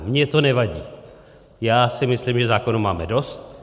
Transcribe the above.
Mně to nevadí, já si myslím, že zákonů máme dost.